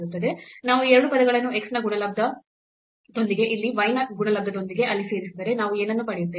ನಾವು ಈ 2 ಪದಗಳನ್ನು x ನ ಗುಣಲಬ್ಧದೊಂದಿಗೆ ಇಲ್ಲಿ ಮತ್ತು y ನ ಗುಣಲಬ್ಧದೊಂದಿಗೆ ಅಲ್ಲಿ ಸೇರಿಸಿದರೆ ನಾವು ಏನನ್ನು ಪಡೆಯುತ್ತೇವೆ